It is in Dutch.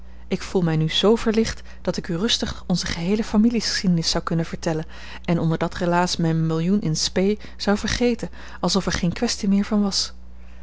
ik voel mij nu zoo verlicht dat ik u rustig onze geheele familiegeschiedenis zou kunnen vertellen en onder dat relaas mijn millioen in spe zou vergeten alsof er geen kwestie meer van was